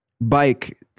bike